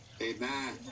Amen